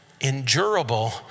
endurable